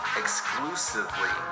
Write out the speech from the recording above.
exclusively